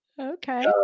Okay